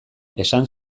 esan